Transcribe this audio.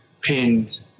pinned